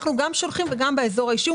אנחנו גם שולחים וגם באזור האישי.